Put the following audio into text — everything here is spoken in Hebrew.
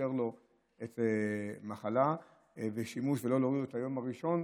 לאפשר לו מחלה ושימוש ולא להוריד לו את היום הראשון.